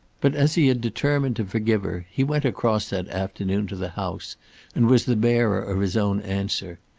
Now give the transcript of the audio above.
but as he had determined to forgive her, he went across that afternoon to the house and was the bearer of his own answer.